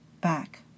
back